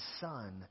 son